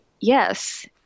yes